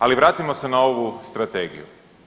Ali vratimo se na ovu strategiju.